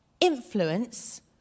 influence